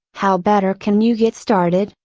how better can you get started,